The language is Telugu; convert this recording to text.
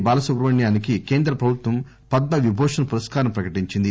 బాలసుబ్రమణ్యానికి కేంద్ర ప్రభుత్వం పద్మ విభూషణ్ పురష్కారం ప్రకటించింది